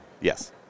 Yes